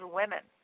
women